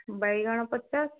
ବାଇଗଣ ପଚାଶ